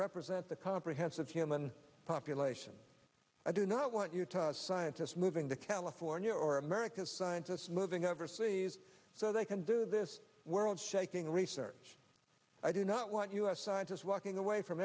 represent the comprehensive human population i do not want a scientist moving to california or america's scientists moving overseas so they can do this world shaking research i do not want us scientists walking away from